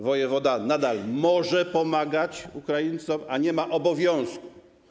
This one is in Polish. Wojewoda nadal może pomagać Ukraińcom, ale nie ma obowiązku.